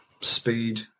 speed